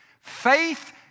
Faith